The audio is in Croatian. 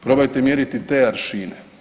Probajte mjeriti te aršine.